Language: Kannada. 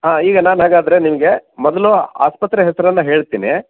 ಹಾಂ ಈಗ ನಾನು ಹಾಗಾದರೆ ನಿಮಗೆ ಮೊದಲು ಆಸ್ಪತ್ರೆಯ ಹೆಸರನ್ನ ಹೇಳ್ತೀನಿ